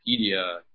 Wikipedia